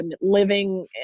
living